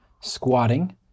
squatting